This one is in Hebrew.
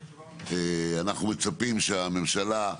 אנחנו מצפים שהממשלה,